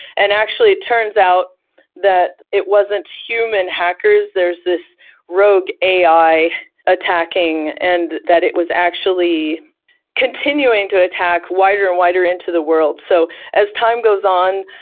and actually it turns out that it wasn't human hackers. there is this rogue ai attacking, and that it was actually continuing to attack wider and wider into the world so as time goes on,